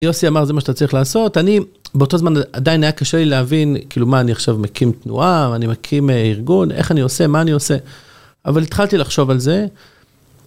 יוסי אמר זה מה שאתה צריך לעשות, אני באותו זמן עדיין היה קשה לי להבין כאילו מה אני עכשיו מקים תנועה, מה אני מקים ארגון, איך אני עושה, מה אני עושה. אבל התחלתי לחשוב על זה.